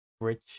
rich